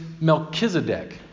Melchizedek